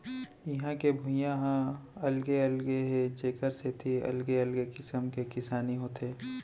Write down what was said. इहां के भुइंया ह अलगे अलगे हे जेखर सेती अलगे अलगे किसम के किसानी होथे